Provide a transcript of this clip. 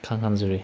ꯈꯪꯍꯟꯖꯔꯤ